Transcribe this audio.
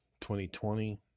2020